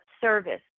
service